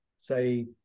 say